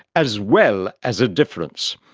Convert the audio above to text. as well as a difference.